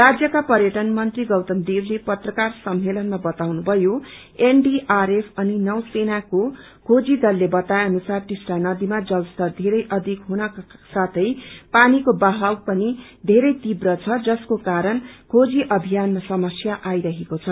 राज्यका प्यअन मंत्री गौतम देवले पत्रकार सम्मेलनमा बताउनुभयो कि उनडिआरएफ अनि नौसेनाको खेजी दलले बताए अनुसार टिस्टा नदीमा जलस्तर धेरै अधिक हुनुका साथै पानीको बवाहव पनि धेरै तीव्र छ जसको कारण खेजी अभ्नियानमा समस्या आइरहेको छ